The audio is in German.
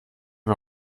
wir